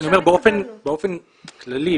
באופן כללי,